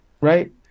Right